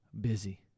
busy